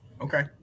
Okay